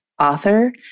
author